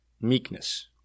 meekness